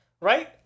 Right